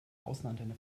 außenantenne